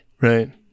Right